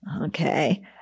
okay